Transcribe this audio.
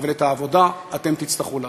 אבל את העבודה אתם תצטרכו לעשות.